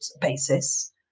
basis